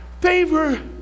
favor